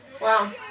Wow